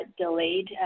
delayed